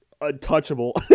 untouchable